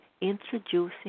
introducing